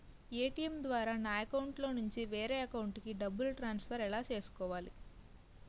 ATM ద్వారా నా అకౌంట్లోనుంచి వేరే అకౌంట్ కి డబ్బులు ట్రాన్సఫర్ ఎలా చేసుకోవాలి?